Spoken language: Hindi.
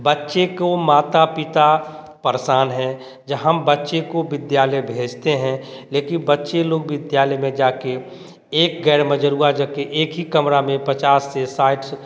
बच्चों को माता पिता परेशान है जहाँ बच्चे को विद्यालय भेजते हैं लेकिन बच्चे लोग विद्यालय में जाकर एक गैर मजरूवा जगह एक ही कमरा में पचास से साठ